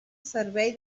servei